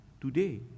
today